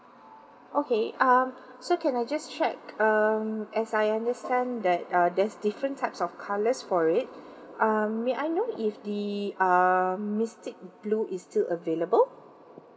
okay um so can I just check um as I understand that err there's different types of colours for it um may I know if the um mystic blue is still available